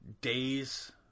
days